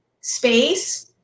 space